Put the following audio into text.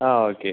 ആ ഓക്കെ